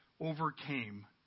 overcame